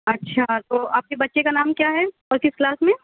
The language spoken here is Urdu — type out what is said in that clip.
اچھا تو آپ کے بچے کا نام کیا ہے اور کس کلاس میں